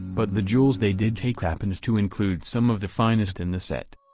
but the jewels they did take happened to include some of the finest in the set.